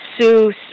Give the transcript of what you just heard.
sue